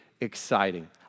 exciting